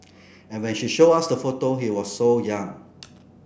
and when she showed us the photo he was so young